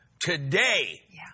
today